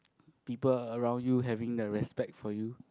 people around you having the respect for you